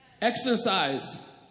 Exercise